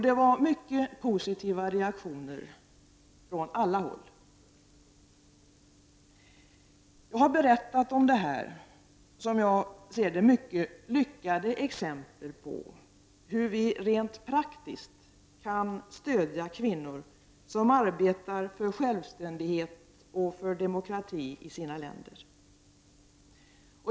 Det var mycket positiva reaktioner från alla håll. Jag har berättat om detta, som jag ser det, mycket lyckade exempel på hur vi rent praktiskt kan stödja kvinnor som arbetar för självständighet och demokrati i sina länder.